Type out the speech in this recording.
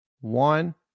one